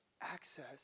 Access